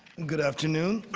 good afternoon.